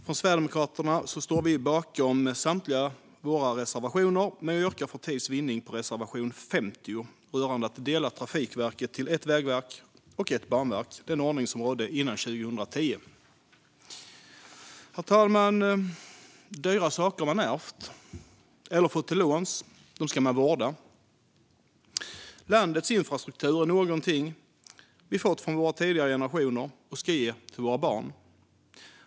Herr talman! Från Sverigedemokraterna står vi bakom samtliga våra reservationer, men jag yrkar för tids vinnande bifall till reservation 50 om att dela upp Trafikverket i ett vägverk och ett banverk, alltså den ordning som rådde före 2010. Herr talman! Dyra saker som man ärvt eller fått till låns ska man vårda. Landets infrastruktur är någonting vi har fått från våra tidigare generationer och ska ge till våra barn.